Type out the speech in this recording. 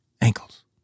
Ankles